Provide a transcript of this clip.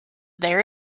there